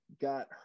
got